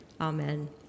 Amen